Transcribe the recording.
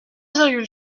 virgule